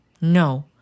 No